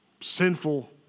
sinful